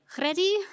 Ready